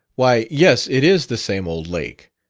why, yes, it is the same old lake,